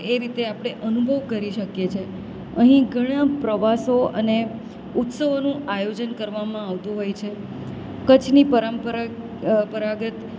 એ રીતે આપણે અનુભવ કરી શકીએ છે અહીં ઘણાં પ્રવાસો અને ઉત્સવોનું આયોજન કરવામાં આવતું હોય છે કચ્છની પરંપરા પરંપરાગત